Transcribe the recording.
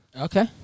Okay